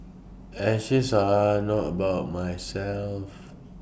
ashes are not about myself